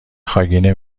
خاگینه